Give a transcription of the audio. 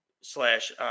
slash